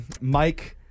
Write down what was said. Mike